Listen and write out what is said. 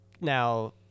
now